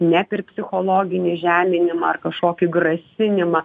net ir psichologinį žeminimą ar kažkokį grasinimą